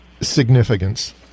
significance